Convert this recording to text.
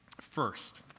First